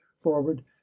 forward